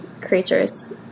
creatures